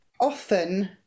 often